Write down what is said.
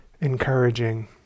encouraging